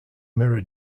mirror